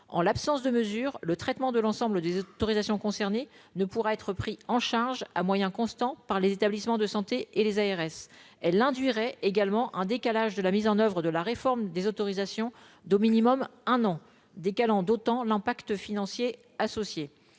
en l'absence de mesures, le traitement de l'ensemble des autorisations concernés ne pourra être pris en charge à moyens constants, par les établissements de santé et les ARS elle induirait également un décalage de la mise en oeuvre de la réforme des autorisations d'au minimum un an, décalant d'autant l'impact financier associé